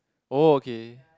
oh okay